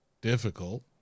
difficult